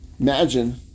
Imagine